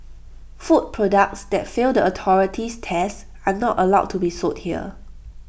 food products that fail the authority's tests are not allowed to be sold here